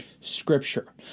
scripture